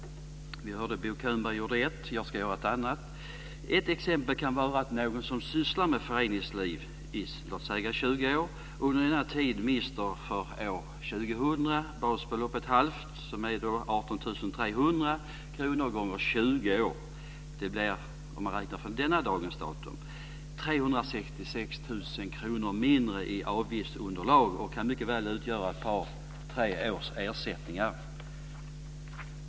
Vi hörde Bo Könberg framföra ett. Jag ska ta ett annat. Det kan vara att någon som sysslar med föreningsliv i låt säga 20 år under denna tid mister ett halvt basbelopp som år 2000 är 18 300 kr gånger 20 år. Det blir om man räknar från dagens datum 366 000 kr mindre i avgiftsunderlag och kan mycket väl utgöra ett par tre års ersättningar.